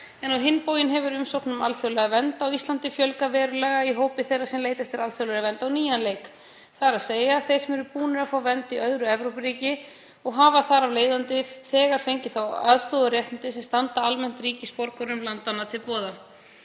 Á hinn bóginn hefur umsóknum um alþjóðlega vernd á Íslandi fjölgað verulega í hópi þeirra sem leita eftir alþjóðlegri vernd á nýjan leik, þ.e. þeir sem eru búnir að fá vernd í öðru Evrópuríki og hafa þar af leiðandi þegar fengið þá aðstoð og réttindi sem standa almennt ríkisborgurum landanna til boða.